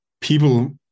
people